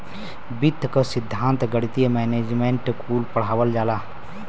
वित्त क सिद्धान्त, गणित, मैनेजमेंट कुल पढ़ावल जाला